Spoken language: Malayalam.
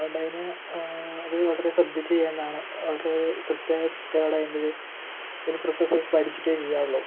അതുകൊണ്ടതിന് അത് വളരെ ശ്രദ്ധിച്ച് ചെയ്യേണ്ടതാണ് വളരെ കൃത്യയായ ചിട്ടയോടെ അതിനൊരു ഈ പ്രോസസ്സ് പഠിച്ചിട്ടേ ചെയ്യാവുള്ളു